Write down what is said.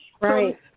Right